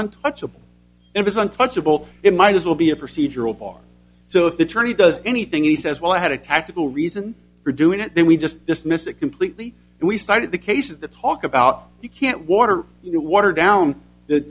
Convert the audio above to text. untouchable and it's untouchable it might as well be a procedural bar so if the tourney does anything he says well i had a tactical reason for doing it then we just dismiss it completely and we started the cases that talk about you can't water it water down the